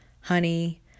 honey